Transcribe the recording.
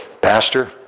Pastor